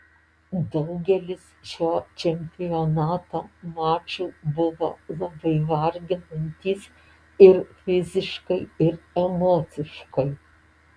daugelis šio čempionato mačų buvo labai varginantys ir fiziškai ir emociškai